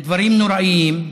בדברים נוראיים,